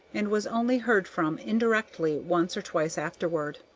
and was only heard from indirectly once or twice afterward.